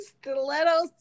stilettos